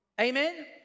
Amen